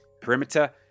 perimeter